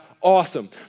Awesome